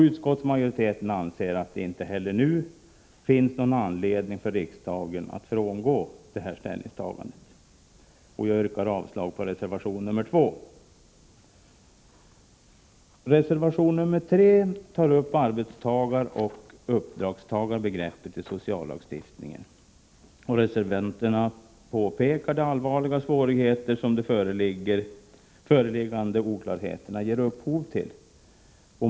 Utskottsmajoriteten anser att det inte heller nu finns någon anledning för riksdagen att frångå detta ställningstagande. Jag yrkar avslag på reservation nr 2. Reservation nr 3 tar upp arbetstagaroch uppdragstagarbegreppet i sociallagstiftningen. Reservanterna påpekar de allvarliga svårigheter som de föreliggande oklarheterna ger upphov till.